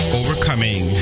overcoming